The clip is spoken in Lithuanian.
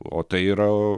o tai yra